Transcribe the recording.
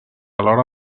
alhora